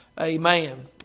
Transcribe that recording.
Amen